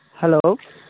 hello